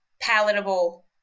palatable